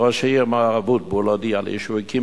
ראש העיר מר אבוטבול הודיע לי שהוא הקים